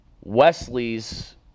Wesley's